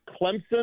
Clemson